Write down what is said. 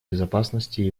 безопасности